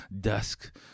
dusk